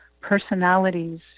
personalities